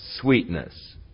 sweetness